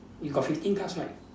you got fifteen cards right